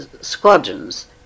squadrons